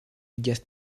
just